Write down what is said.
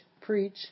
preach